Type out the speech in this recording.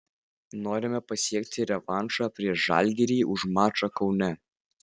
norime pasiekti revanšą prieš žalgirį už mačą kaune